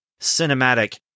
Cinematic